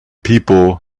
people